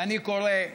ואני קורא,